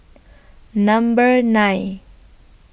Number nine